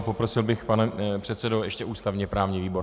Poprosil bych, pane předsedo, navrhuji ještě ústavněprávní výbor.